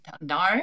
No